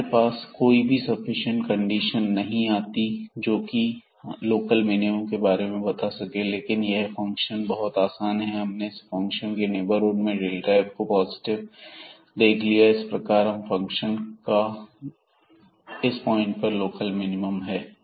हमारे पास कोई भी सफिशिएंट कंडीशन नहीं आती है जो कि हमें लोकल मिनिमम के बारे में बता सके लेकिन यह फंक्शन बहुत आसान है और हमने फंक्शन के नेबरहुड में f को पॉजिटिव देख लिया और इस प्रकार फंक्शन का इस पॉइंट पर लोकल मिनिमम है